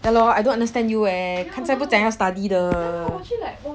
ya lor I don't understand you eh 刚才不是讲要 study